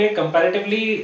comparatively